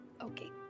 Okay